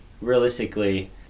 realistically